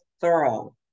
thorough